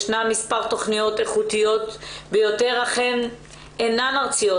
ישנן מספר תכניות איכותיות ביותר אך הן אינן ארציות,